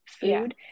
food